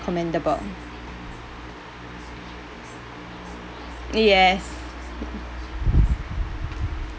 commendable yes